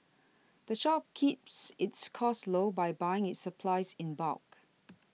the shop keeps its costs low by buying its supplies in bulk